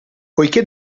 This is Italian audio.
poiché